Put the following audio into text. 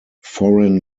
foreign